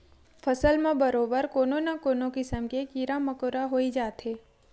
फसल म बरोबर कोनो न कोनो किसम के कीरा मकोरा होई जाथे